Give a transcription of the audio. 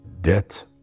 debt